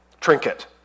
trinket